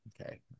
Okay